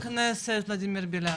חה"כ ולדימיר בליאק.